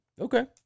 Okay